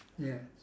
yes